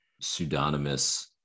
pseudonymous